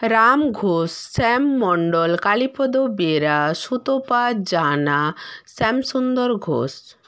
Ram Ghosh Shyam Mondal Kalipada Bera Sutapa Jana Shyamsundar Ghosh